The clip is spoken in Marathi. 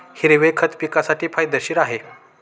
हिरवे खत पिकासाठी फायदेशीर आहे